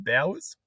Bowers